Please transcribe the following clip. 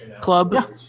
club